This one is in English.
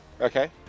okay